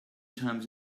times